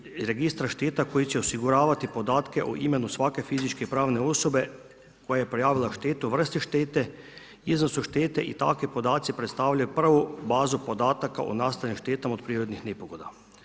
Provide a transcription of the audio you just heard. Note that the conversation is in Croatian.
Uspostava i registar šteta koji će osiguravati podatke o imenu svake fizičke i pravne osobe koja je prijavila štetu, vrste štete, iznos od štete i takvi podaci predstavljaju prvu bazu podataka o nastalim štetama od prirodnih nepogoda.